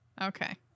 Okay